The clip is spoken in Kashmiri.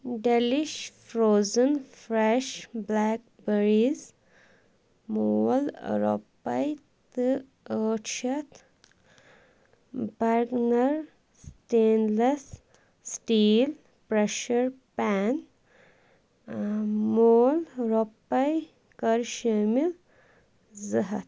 delish frozen fresh blackberries مول ٲں رۄپٔے تہٕ ٲٹھ شٮ۪تھ burner stainless steel pressure pan ٲں مول رۄپٔے کر شٲمِل زٕ ہَتھ